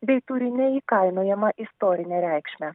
bei turi neįkainojamą istorinę reikšmę